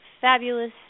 fabulous